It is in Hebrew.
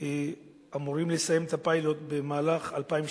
אמורה לסיים את הפיילוט במהלך 2012,